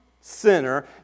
sinner